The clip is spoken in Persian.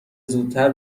زودتر